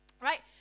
right